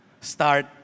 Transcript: Start